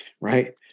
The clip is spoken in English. Right